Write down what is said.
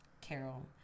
Carol